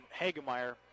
Hagemeyer